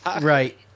right